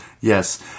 Yes